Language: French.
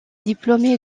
diplômé